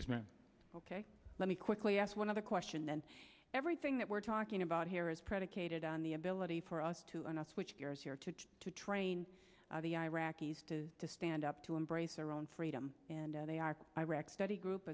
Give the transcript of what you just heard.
oil ok let me quickly ask one other question then everything that we're talking about here is predicated on the ability for us to another switch gears here to to train the iraqis to stand up to embrace their own freedom and they are iraq study group